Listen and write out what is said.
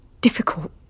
difficult